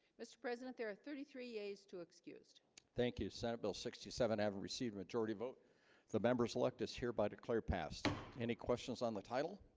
mr. president there are thirty three days to excused thank you senate bill sixty seven haven't received majority vote the members elect us hereby declare pass any questions on the title